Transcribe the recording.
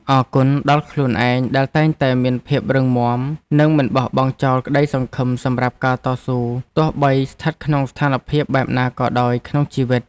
អរគុណដល់ខ្លួនឯងដែលតែងតែមានភាពរឹងមាំនិងមិនបោះបង់ចោលក្ដីសង្ឃឹមសម្រាប់ការតស៊ូទោះបីស្ថិតក្នុងស្ថានភាពបែបណាក៏ដោយក្នុងជីវិត។